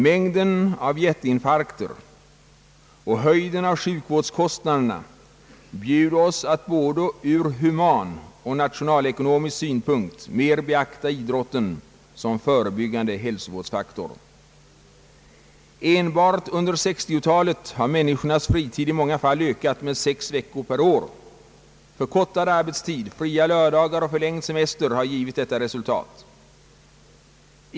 Mängden av hjärtinfarkter och höjden av sjukvårdskostnaderna bjuder oss att ur både human och nationalekonomisk synpunkt mer beakta idrotten som förebyggande hälsovårdsfaktor. Enbart under 1960-talet har människornas fritid i många fall ökat med sex veckor per år. Förkortad arbetstid, fria lördagar och förlängd semester har givit deita resultat.